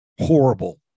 horrible